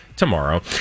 Tomorrow